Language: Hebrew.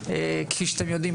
כפי שאתם יודעים,